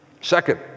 second